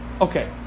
Okay